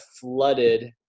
flooded